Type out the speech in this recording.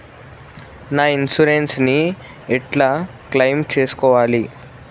నా ఇన్సూరెన్స్ ని ఎట్ల క్లెయిమ్ చేస్కోవాలి?